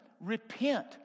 Repent